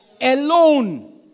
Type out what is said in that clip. Alone